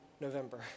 November